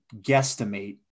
guesstimate